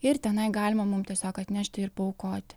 ir tenai galima mum tiesiog atnešti ir paaukoti